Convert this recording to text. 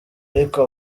ariko